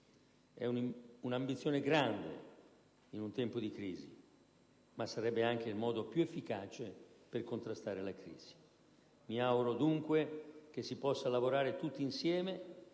È un'ambizione grande, in un tempo di crisi, ma sarebbe anche il modo più efficace per contrastare la crisi. Mi auguro dunque che si possa lavorare tutti insieme